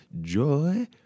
Joy